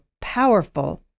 powerful